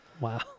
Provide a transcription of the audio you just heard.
Wow